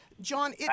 John